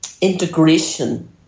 integration